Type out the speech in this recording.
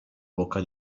bocca